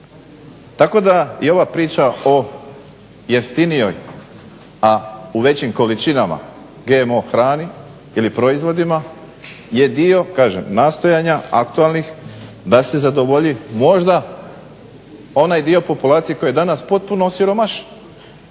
Tako da je ova priča o jeftinijoj a u većim količinama GMO hrani ili proizvodima je dio, kažem nastojanja aktualnih da se zadovolji možda onaj dio populacije koji je danas potpuno osiromašen.